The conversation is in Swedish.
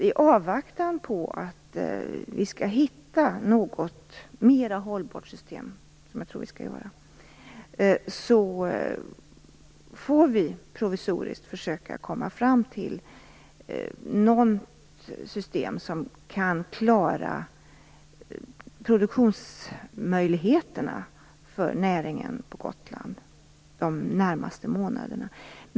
I avvaktan på att vi hittar ett mer hållbart system får vi provisoriskt försöka komma fram till ett system som kan klara produktionsmöjligheterna för näringslivet på Gotland för de närmaste månaderna.